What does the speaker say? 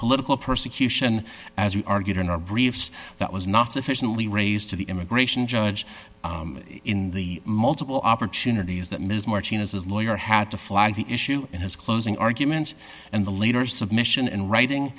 political persecution as we argued in our briefs that was not sufficiently raised to the immigration judge in the multiple opportunities that ms martinez as a lawyer had to fly the issue in his closing argument and the later submission and writing